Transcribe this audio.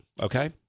okay